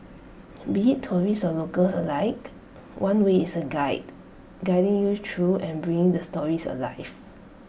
be IT tourists or locals alike one way is A guide guiding you through and bringing the stories alive